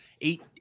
eight